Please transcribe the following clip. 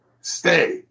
stay